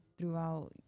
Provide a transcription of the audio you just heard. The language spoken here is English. throughout